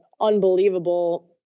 unbelievable